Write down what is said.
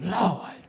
Lord